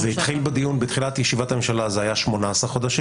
בדיון בתחילת ישיבת הממשלה זה היה 18 חודשים